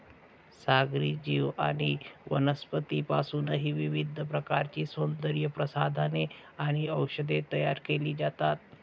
सागरी जीव आणि वनस्पतींपासूनही विविध प्रकारची सौंदर्यप्रसाधने आणि औषधे तयार केली जातात